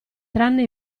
tranne